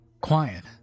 Quiet